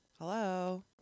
Hello